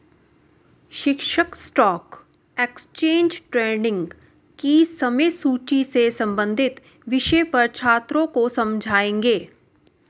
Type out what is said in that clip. शिक्षक stock exchange trading की समय सूची से संबंधित विषय पर छात्रों को समझाएँगे